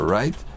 right